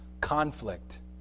conflict